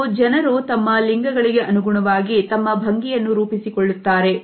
ಇದು ಜನರು ತಮ್ಮ ಲಿಂಗಗಳಿಗೆ ಅನುಗುಣವಾಗಿ ತಮ್ಮ ಭಂಗಿಯನ್ನು ರೂಪಿಸಿಕೊಳ್ಳುತ್ತಾರೆ